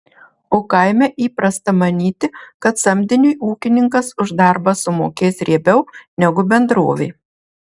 o kaime įprasta manyti kad samdiniui ūkininkas už darbą sumokės riebiau negu bendrovė